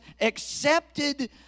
accepted